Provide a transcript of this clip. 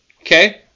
Okay